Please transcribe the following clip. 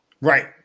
Right